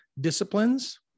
disciplines